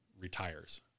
retires